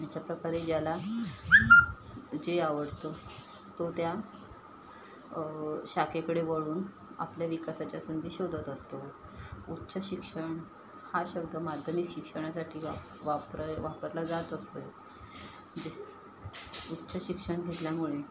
याच्याप्रकारे ज्याला जे आवडतो तो त्या शाखेकडे वळून आपल्या विकासाच्या संधी शोधत असतो उच्च शिक्षण हा शब्द माध्यमिक शिक्षणासाठी वाप वापरा वापरला जात असतो जे उच्च शिक्षण घेतल्यामुळे